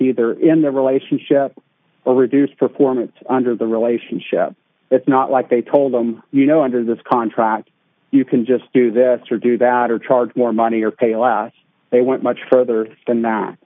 they're in their relationship or reduce performance under the relationship it's not like they told them you know under this contract you can just do this or do that or charge more money or pay alas they went much further than